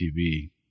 TV